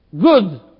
Good